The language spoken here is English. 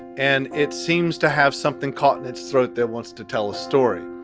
and it seems to have something caught in its throat that wants to tell a story.